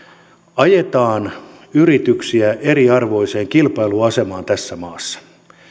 ajetaan yrityksiä eriarvoiseen kilpailuasemaan tässä maassa